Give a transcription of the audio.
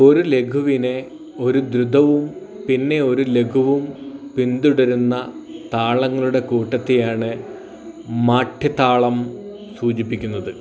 ഒരു ലഘുവിനെ ഒരു ദ്രുതവും പിന്നെ ഒരു ലഘുവും പിന്തുടരുന്ന താളങ്ങളുടെ കൂട്ടത്തെയാണ് മഠ്യതാളം സൂചിപ്പിക്കുന്നത്